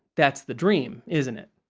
that's the dream, isn't it?